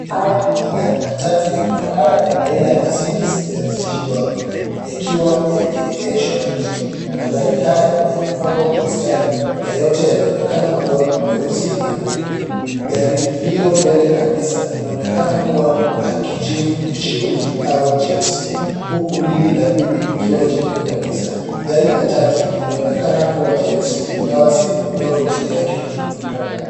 Haya ni magari ya kifahari aina ya Mercedes Benz G wagon yakiwa yameegeshwa nje. Magari hayo yamepangwa kwa mstari na yote yanaonekana kuwa meusi na meupe. Gari lililo mbele kabisa linaonekana kuwa la kijivu cheusi au jeusi huku la pili likiwa jeupe kabisa. Gari la tatu linaonekana kuwa jeusi ingawa sehemu ndogo inaonekana.